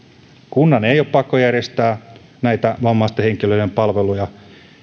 kunnan ei ole pakko järjestää näitä vammaisten henkilöiden palveluja